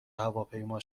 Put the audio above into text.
هواپیما